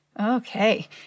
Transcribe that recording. Okay